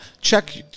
check